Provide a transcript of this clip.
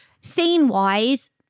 scene-wise